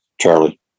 Charlie